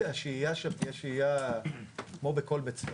שהשהייה שם תהיה שהייה כמו בכל בית סוהר.